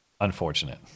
Unfortunate